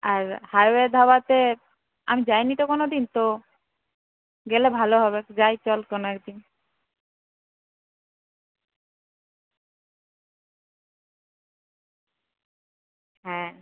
আর হাইওয়ের ধাবাতে আমি যাইনি তো কোনোদিন তো গেলে ভালো হবে একটু যাই চল কোন একদিন হ্যাঁ